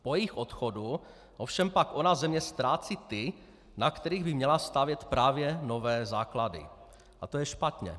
Po jejich odchodu ovšem pak ona země ztrácí ty, na kterých by měla stavět právě nové základy, a to je špatně.